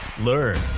Learn